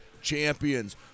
champions